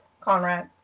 Conrad